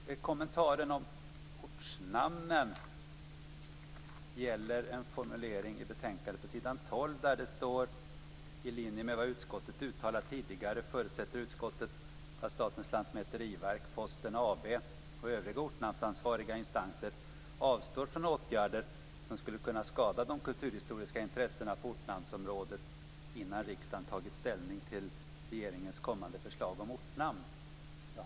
Min kommentar beträffande ortnamnen gäller en formulering i betänkandet på s. 12: "I linje med vad utskottet uttalat tidigare förutsätter utskottet att Statens lantmäteriverk, Posten AB och övriga ortnamnsansvariga instanser avstår från åtgärder som skulle kunna skada de kulturhistoriska intressena på ortnamnsområdet innan riksdagen tagit ställning till regeringens kommande förslag om ortnamn."